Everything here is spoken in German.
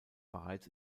bereits